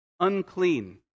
Unclean